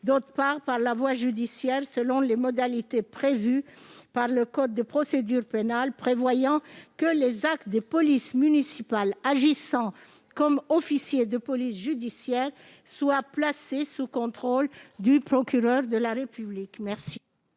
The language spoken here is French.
contrôle par la voie judiciaire, selon les modalités prévues par le code de procédure pénale prévoyant que les actes des agents de police municipale agissant comme officier de police judiciaire soient placés sous contrôle du procureur de la République.